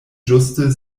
ĝuste